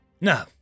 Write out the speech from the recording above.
No